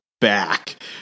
back